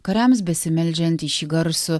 kariams besimeldžiant į šį garsų